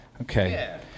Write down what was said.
Okay